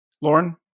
Lauren